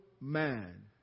man